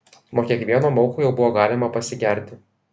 nuo kiekvieno mauko jau buvo galima pasigerti